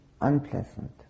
unpleasant